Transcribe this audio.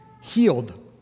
healed